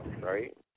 right